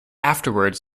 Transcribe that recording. afterwards